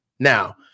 Now